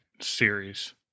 series